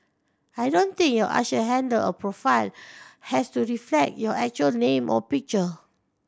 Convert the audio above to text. I don't think your usher handle or profile has to reflect your actual name or picture